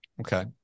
Okay